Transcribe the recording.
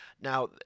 Now